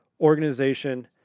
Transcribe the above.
organization